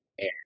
air